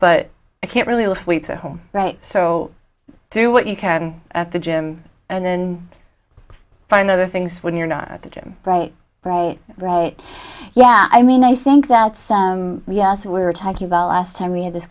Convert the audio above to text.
but i can't really lift weights at home so do what you can at the gym and then find other things when you're not at the gym right right right yeah i mean i think that so yes we were talking about last time we had this